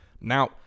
Now